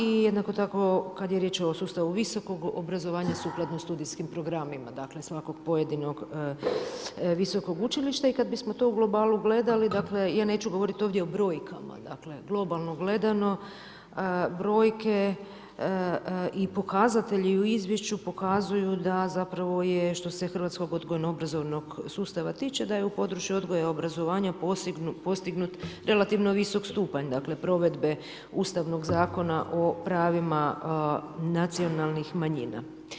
I jednako tako kad je riječ o sustavu visokog obrazovanja sukladno studijskim programima, dakle svakog pojedinog visokog učilišta i kad bismo to u globalu gledali, dakle ja neću ovdje govorit o brojkama globalno gledano, brojke i pokazatelji u izvješću pokazuju da zapravo je što se hrvatskog odgojno-obrazovnog sustava tiče da je u području odgoja i obrazovanja postignut relativno visok stupanj provedbe Ustavnog zakona o pravima nacionalnih manjina.